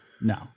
No